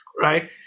right